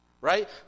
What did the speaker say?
right